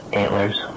antlers